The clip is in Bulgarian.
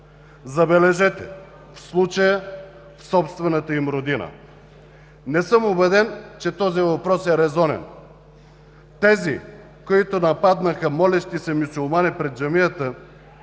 забележете, в случая собствената им родина? Не съм убеден, че този въпрос е резонен. Тези, които нападнаха молещи се мюсюлмани пред джамията